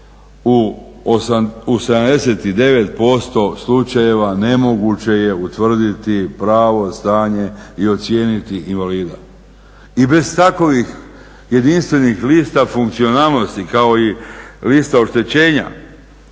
U 79% slučajeva nemoguće je utvrditi pravo stanje i ocijeniti invalida. I bez takovih jedinstvenih lista funkcionalnosti kao i lista oštećenja